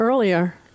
Earlier